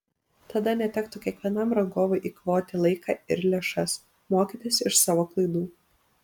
tada netektų kiekvienam rangovui eikvoti laiką ir lėšas mokytis iš savo klaidų